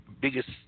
biggest